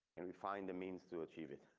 and we find the means to achieve it.